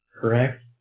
correct